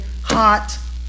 hot